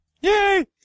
Yay